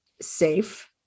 safe